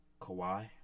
Kawhi